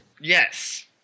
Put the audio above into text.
Yes